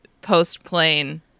post-plane